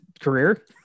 career